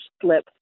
slip